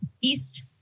east